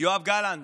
יואב גלנט,